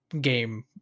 game